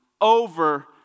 over